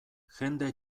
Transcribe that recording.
jende